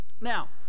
Now